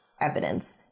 evidence